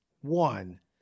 one